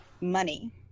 money